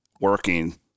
working